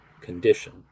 condition